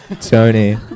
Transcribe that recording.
Tony